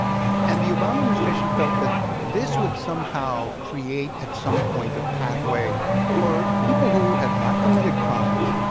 and the obama administration felt that this would somehow create, at some point, a pathway for people who had not committed crimes,